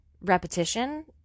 repetition